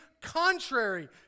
contrary